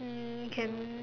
um can